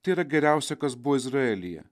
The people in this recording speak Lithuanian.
tai yra geriausia kas buvo izraelyje